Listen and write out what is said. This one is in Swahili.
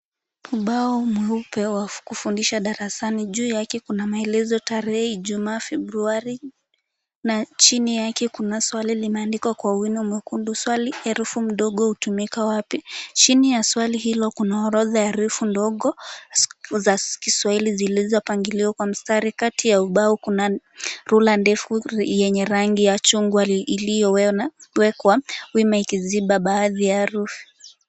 Ubao mweupe wa kufundisha darasani. Juu yake kuna maelezo, tarehe Ijumaa, Februari na chini yake kuna swali limeandikwa na wino mwekundu, swali herufi mdogo hutumika wapi. Chini ya swali hilo kuna orodha herufi ndogo za kiswahili zilizopangiliwa kwa msitari. Kati ya ubao kuna rula ndefu yenye rangi ya chungwa iliyowekwa wima ikiziba baadhi ya herufi.